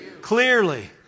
clearly